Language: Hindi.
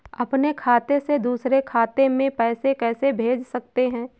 अपने खाते से दूसरे खाते में पैसे कैसे भेज सकते हैं?